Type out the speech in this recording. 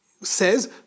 says